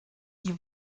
die